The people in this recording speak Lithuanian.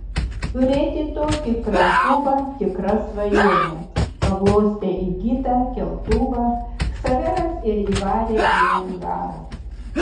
turėti tokį krautuvą tikra svajonė paglostė įgytą keltuvą ksaveras ir įvarė į angarą